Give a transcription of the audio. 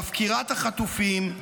מפקירת החטופים,